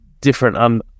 different